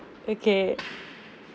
okay